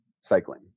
cycling